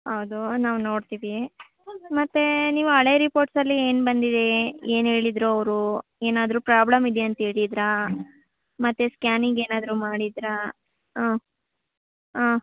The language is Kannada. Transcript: ಹೌದು ನಾವು ನೋಡ್ತೀವಿ ಮತ್ತು ನೀವು ಹಳೆ ರಿಪೋರ್ಟ್ಸಲ್ಲಿ ಏನು ಬಂದಿದೆ ಏನೇಳಿದ್ರವರು ಏನಾದರು ಪ್ರಾಬ್ಲಮ್ ಇದೆಂತ ಹೇಳಿದರ ಮತ್ತು ಸ್ಕ್ಯಾನಿಂಗೇನಾದರು ಮಾಡಿದರಾ ಹಾಂ ಹಾಂ